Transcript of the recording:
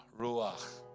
ruach